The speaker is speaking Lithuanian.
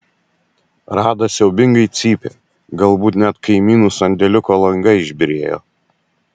rada siaubingai cypė galbūt net kaimynų sandėliuko langai išbyrėjo